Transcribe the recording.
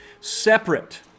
Separate